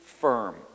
firm